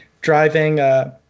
driving